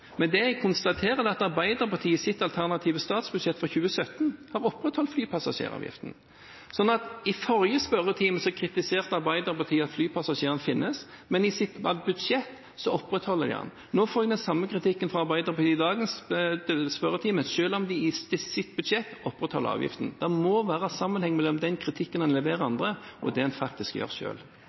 men det jeg konstaterer, er at Arbeiderpartiet i sitt alternative statsbudsjett for 2017 har opprettholdt flypassasjeravgiften. I forrige spørretime kritiserte Arbeiderpartiet at flypassasjeravgiften finnes, men i sitt budsjett opprettholder de den. Nå får jeg den samme kritikken fra Arbeiderpartiet i dagens spørretime, selv om de i sitt budsjett opprettholder avgiften. Det må være sammenheng mellom den kritikken en leverer andre, og det en faktisk gjør